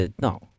No